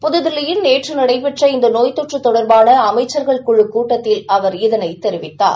புதுதில்லியில் நேற்றுநடைபெற்ற இந்தநோய் தொற்றுதொடர்பானஅமைச்சர்கள் இன்று குழுக் கூட்டத்தில் அவர் இதனைதெரிவித்தார்